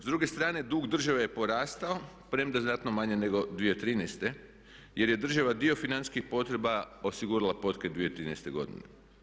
S druge strane dug države je porastao premda znatno manje nego 2013. jer je država dio financijskih potreba osigurala potkraj 2013. godine.